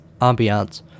ambiance